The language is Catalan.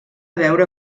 veure